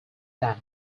that